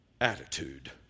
attitude